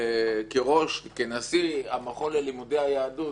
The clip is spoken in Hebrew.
כנשיא המכון ללימודי היהדות,